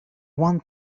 one